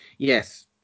Yes